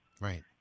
Right